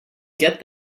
get